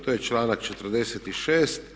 To je članak 46.